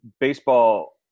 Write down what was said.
baseball